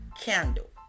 candle